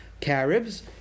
Caribs